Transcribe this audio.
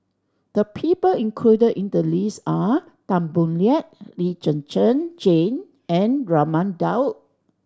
the people included in the list are Tan Boo Liat Lee Zhen Zhen Jane and Raman Daud